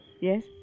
Yes